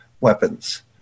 weapons